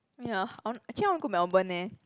ya I want actually I want go Melbourne leh